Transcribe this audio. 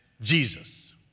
Jesus